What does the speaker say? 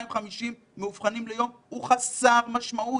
או 250 מאובחנים ליום הוא חסר משמעות.